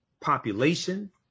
population